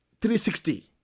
360